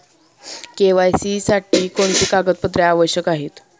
KYC साठी कोणती कागदपत्रे आवश्यक आहेत?